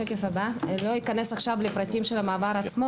אני לא אכנס לפרטים של המעבר עצמו,